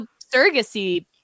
surrogacy